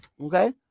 Okay